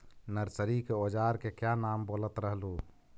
Nursery के ओजार के क्या नाम बोलत रहलू?